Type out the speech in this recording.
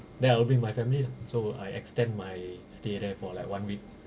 then I will bring my family lah so I extend my stay there for like one week